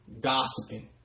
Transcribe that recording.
Gossiping